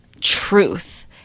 truth